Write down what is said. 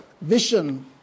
vision